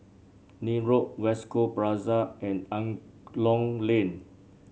Nim Road West Coast Plaza and Angklong Lane